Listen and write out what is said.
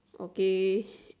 okay